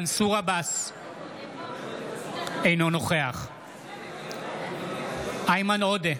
אינו נוכח איימן עודה,